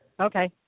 Okay